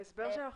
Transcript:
ההסבר שלך